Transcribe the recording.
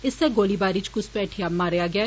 इस्सै गोलीबारी च घुसपैठिया मारेआ गेआ